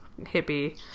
hippie